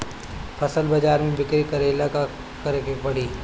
फसल बाजार मे बिक्री करेला का करेके परी?